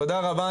תודה רבה.